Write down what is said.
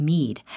Mead